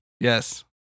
Yes